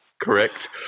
Correct